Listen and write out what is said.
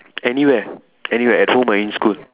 anywhere anywhere at home or in school